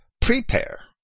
prepare